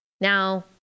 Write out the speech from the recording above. Now